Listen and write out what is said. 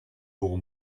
pour